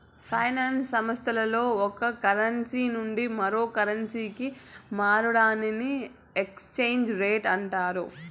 finance సంస్థల్లో ఒక currency నుండి మరో కరెన్సీకి మార్చడాన్ని ఎక్స్చేంజ్ రేట్ అంటారు